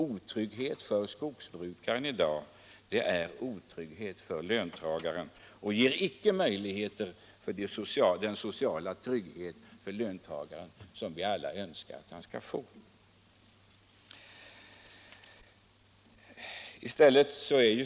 Otrygghet för skogsbrukaren i dag innebär också otrygghet för löntagaren, som icke får den sociala trygghet Allmänpolitisk debatt Allmänpolitisk debatt som vi alla önskar att han skall få.